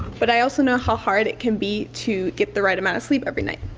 but i also know how hard it can be to get the right amount of sleep every night.